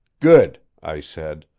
good! i said.